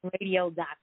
Radio.com